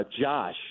Josh